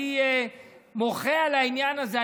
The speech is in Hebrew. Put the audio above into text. אני מוחה על העניין הזה.